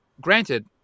Granted